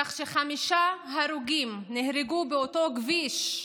חמישה הרוגים נהרגו באותו כביש,